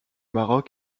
maroc